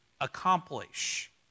accomplish